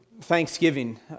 thanksgiving